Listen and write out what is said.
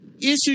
issue